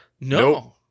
no